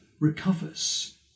recovers